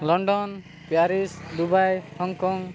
London Paris Dubai Hong Kong